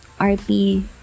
RP